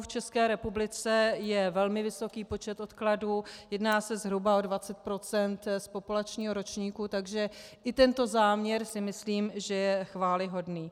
V České republice je velmi vysoký počet odkladů, jedná se zhruba o 20 % z populačního ročníku, takže i tento záměr, myslím si, že je chvályhodný.